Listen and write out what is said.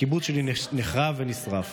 הקיבוץ שלי נחרב ונשרף.